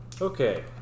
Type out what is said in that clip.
Okay